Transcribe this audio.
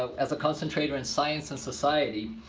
ah as a concentrator in science in society.